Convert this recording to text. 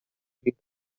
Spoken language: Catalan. vida